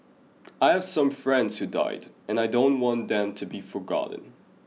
I have some friends who died and I don't want them to be forgotten